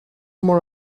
molt